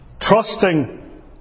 Trusting